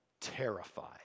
terrified